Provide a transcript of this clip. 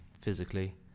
physically